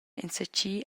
enzatgi